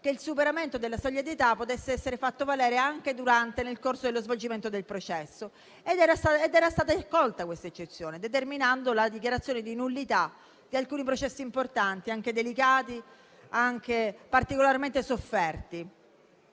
che il superamento della soglia d'età potesse essere fatto valere anche nel corso dello svolgimento del processo. Ed era stata accolta questa eccezione, determinando la dichiarazione di nullità di alcuni processi importanti, anche delicati e particolarmente sofferti.